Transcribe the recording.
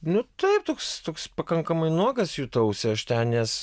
nu taip toks toks pakankamai nuogas jutausi aš ten nes